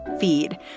feed